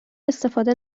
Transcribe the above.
استفاده